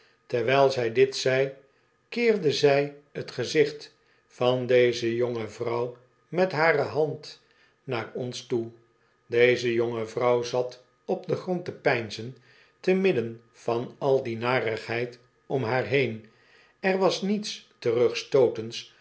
terwijl zij dit zei keerde zij t gezicht van deze jonge vrouw met hare hand naar ons toe deze jonge vrouw zat op den grond te peinzen te midden van al die narigheid om haar heen er was niets